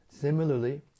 Similarly